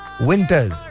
Winters